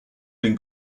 been